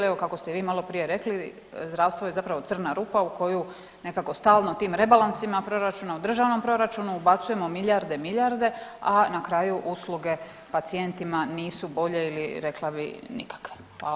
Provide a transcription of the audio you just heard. Evo kako ste vi maloprije rekli zdravstvo je zapravo crna rupa u koju nekako stalno tim rebalansima proračuna u državnom proračunu ubacujemo milijarde i milijarde, a na kraju usluge pacijentima nisu bolje ili rekla bih nikakve.